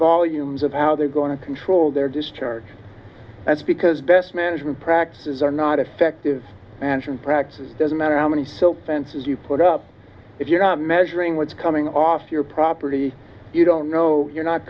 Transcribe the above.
volumes of how they're going to control their discharge that's because best management practices are not effective management practices doesn't matter how many silk fences you put up if you're not measuring what's coming off your property you don't know you're not